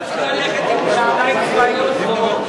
אנחנו צריכים ללכת בנעליים גבוהות.